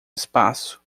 espaço